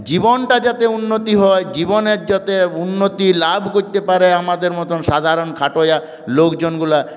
জীবনটা যাতে উন্নতি হয় জীবনের যাতে উন্নতি লাভ করতে পারে আমাদের মত সাধারণ খাটইয়া লোকজনগুলো